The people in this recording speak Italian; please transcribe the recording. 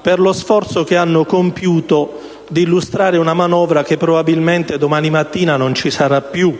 per lo sforzo che hanno compiuto di illustrare una manovra che probabilmente domani mattina non ci sarà più.